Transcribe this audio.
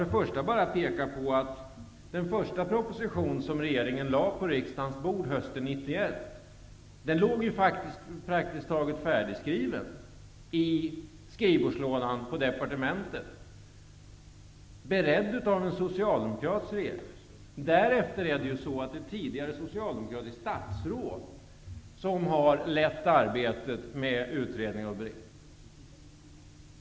Jag vill då peka på att den första proposition som regeringen lade på riksdagens bord hösten 1991, låg praktiskt taget färdigskriven i skrivbordslådan på departementet, beredd av en socialdemokratisk regering. Det är vidare ett tidigare socialdemokratiskt statsråd som har lett arbetet med utredning och beredning.